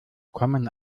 kommen